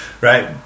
right